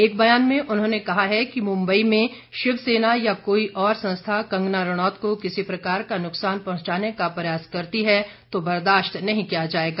एक बयान में उन्होंने कहा है कि मुम्बई में शिवसेना या कोई और संस्था कंगना रणौत को किसी प्रकार का नुकसान पहुंचाने का प्रयास करती है तो बर्दाश्त नहीं किया जाएगा